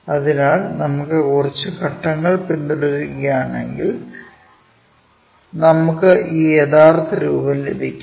അതിനാൽ നമ്മൾ കുറച്ച് ഘട്ടങ്ങൾ പിന്തുടരുകയാണെങ്കിൽ നമുക്ക് ഈ യഥാർത്ഥ രൂപം ലഭിക്കും